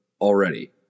already